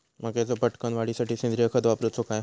मक्याचो पटकन वाढीसाठी सेंद्रिय खत वापरूचो काय?